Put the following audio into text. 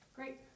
Great